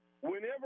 whenever